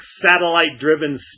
satellite-driven